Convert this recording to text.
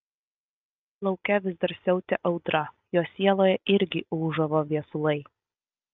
lauke vis dar siautė audra jo sieloje irgi ūžavo viesulai